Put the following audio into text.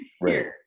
right